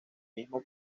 mismo